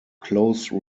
close